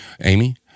Amy